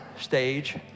stage